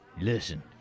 Listen